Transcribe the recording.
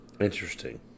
Interesting